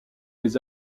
les